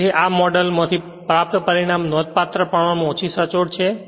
તેથી આ મોડેલ માથી પ્રાપ્ત પરિણામ નોંધપાત્ર પ્રમાણમાં ઓછી સચોટ છે